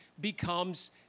becomes